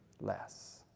less